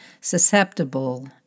susceptible